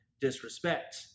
disrespect